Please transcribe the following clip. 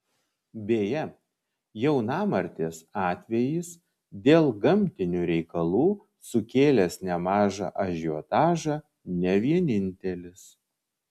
beje jaunamartės atvejis dėl gamtinių reikalų sukėlęs nemažą ažiotažą ne vienintelis